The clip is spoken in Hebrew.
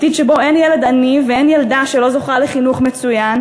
עתיד שבו אין ילד עני ואין ילדה שלא זוכה לחינוך מצוין,